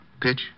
Pitch